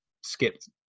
skipped